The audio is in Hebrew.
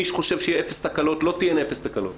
מי שחושב שיהיה אפס תקלות, לא תהיינה אפס תקלות.